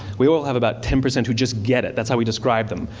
we all have about ten percent who just get it. that's how we describe them,